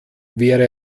wäre